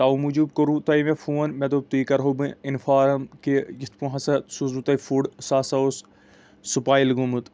توٕ موجوٗب کوٚروُ مےٚ تۄہہِ فون مےٚ دوٚپ تُہۍ کرو بہٕ اِنفارم کہِ یِتھہٕ پٲٹھۍ ہسا سوٗزوُ تۄہہِ فُڈ سُہ ہسا اوس سُپایِل گوٚمُت